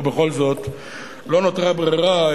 ובכל זאת לא נותרה ברירה,